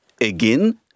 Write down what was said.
again